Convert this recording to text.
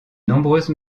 nombreuses